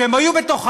שהם היו בתוכן